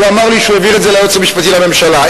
הוא אמר לי שהוא העביר את זה ליועץ המשפטי לממשלה.